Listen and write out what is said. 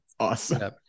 awesome